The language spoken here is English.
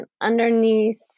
Underneath